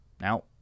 Now